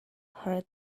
her